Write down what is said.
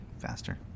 faster